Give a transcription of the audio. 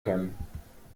können